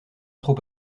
trop